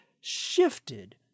shifted